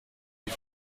die